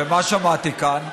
ומה שמעתי כאן?